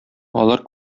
алар